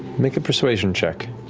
make a persuasion check.